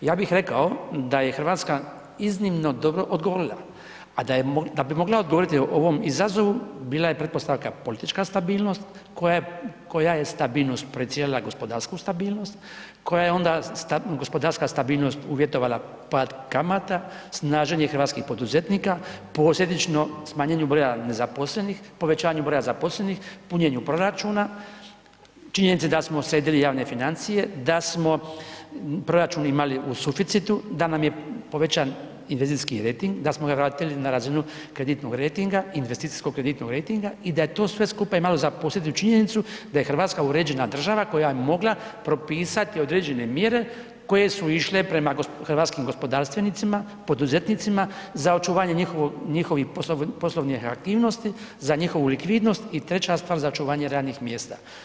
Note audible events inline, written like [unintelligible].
Ja bih rekao da je Hrvatska iznimno dobro odgovorila, a da je, da bi mogla odgovoriti ovom izazovu, bila je pretpostavka politička stabilnost, koja je stabilnost ... [unintelligible] gospodarsku stabilnost, koja je onda gospodarska stabilnost uvjetovala pad kamata, snaženje hrvatskih poduzetnika, posljedično smanjenju broja nezaposlenih, povećanju broja zaposlenih, punjenju proračuna, činjenici da smo sredili javne financije, da smo proračun imali u suficitu, da nam je povećan investicijski rejting, da smo ga vratili na razinu kreditnog rejtinga, investicijskog kreditnog rejtinga i da je to sve skupa imalo za posljedicu činjenicu da je Hrvatska uređena država koja je mogla propisati određene mjere koje su išle prema hrvatskim gospodarstvenicima, poduzetnicima za očuvanje njihovih poslovnih aktivnosti, za njihovu likvidnost, za očuvanje radnih mjesta.